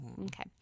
Okay